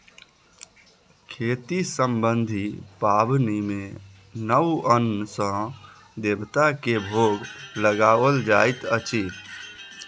खेती सम्बन्धी पाबनि मे नव अन्न सॅ देवता के भोग लगाओल जाइत अछि